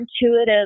intuitive